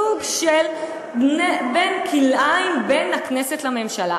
סוג של כלאיים בין הכנסת לממשלה.